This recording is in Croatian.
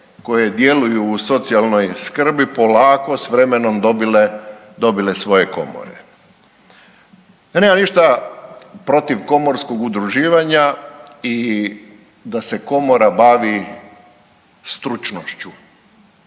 koje djeluju u socijalnoj skrbi polako s vremenom dobile, dobile svoje komore. Nemam ništa protiv komorskog udruživanja i da se komora bavi stručnošću,